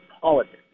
politics